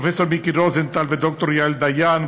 פרופ' מיקי רוזנטל וד"ר יעל דיין,